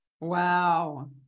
Wow